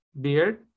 beard